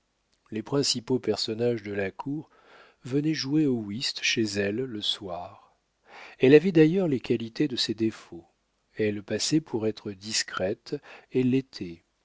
les principaux personnages de la cour venaient jouer au whist chez elle le soir elle avait d'ailleurs les qualités de ses défauts elle passait pour être discrète et l'était